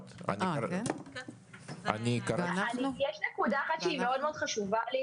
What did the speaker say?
יש נקודה אחת שחשוב לי לומר,